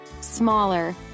Smaller